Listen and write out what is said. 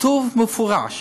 כתובים במפורש